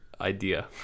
idea